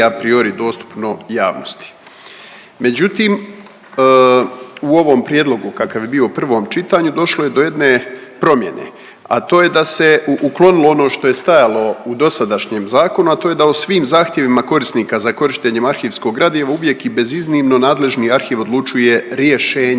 a priori dostupno javnosti. Međutim, u ovom prijedlogu kakav je bio u prvom čitanju došlo je do jedne promjene, a to je da se uklonilo ono što je stajalo u dosadašnjem zakonu, a to je da u svim zahtjevima korisnika za korištenja arhivskog gradiva uvijek i beziznimno nadležni arhiv odlučuje rješenjem.